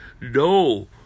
no